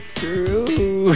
true